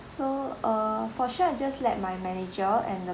so uh for sure I just let my manager and the